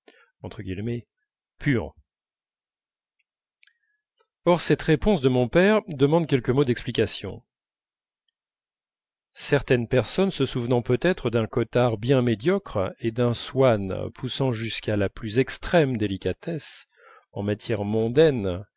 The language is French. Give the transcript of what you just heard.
puant or cette réponse de mon père demande quelques mots d'explication certaines personnes se souvenant peut-être d'un cottard bien médiocre et d'un swann poussant jusqu'à la plus extrême délicatesse en matière mondaine